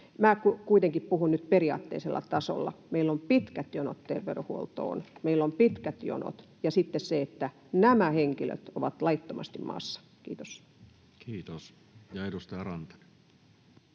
Minä kuitenkin puhun nyt periaatteellisella tasolla. Meillä on pitkät jonot terveydenhuoltoon, meillä on pitkät jonot, ja sitten se, että nämä henkilöt ovat laittomasti maassa. — Kiitos. [Speech 11]